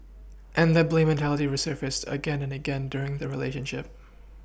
and that blame mentality resurfaced again and again during their relationship